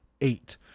eight